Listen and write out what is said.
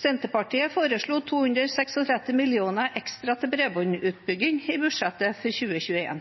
Senterpartiet foreslo 236 mill. kr ekstra til bredbåndsutbygging i